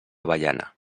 avellana